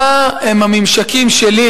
מה הם הממשקים שלי,